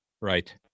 Right